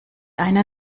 eine